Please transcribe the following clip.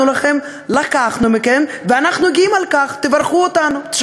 יודעת, ואני עדיין טירונית מאוד, אני מאוד